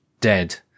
dead